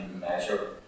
measure